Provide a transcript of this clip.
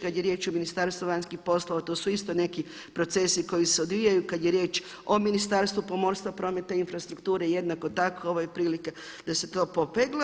Kada je riječ o Ministarstvu vanjskih poslova to su isto neki procesi koji se odvijaju, kada je riječ o Ministarstvu pomorstva, prometa i infrastrukture jednako tako ovo je prilika da se to popegla.